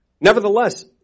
Nevertheless